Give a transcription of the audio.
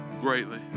greatly